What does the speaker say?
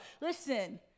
Listen